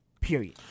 period